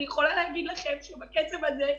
אני יכולה להגיד לכם שבקצב הזה,